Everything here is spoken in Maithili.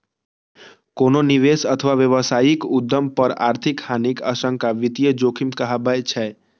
कोनो निवेश अथवा व्यावसायिक उद्यम पर आर्थिक हानिक आशंका वित्तीय जोखिम कहाबै छै